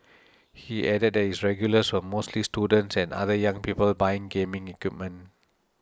he added that his regulars were mostly students and other young people buying gaming equipment